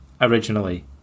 originally